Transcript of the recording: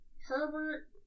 Herbert